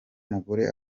mugore